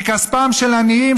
מכספם של עניים,